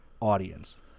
audience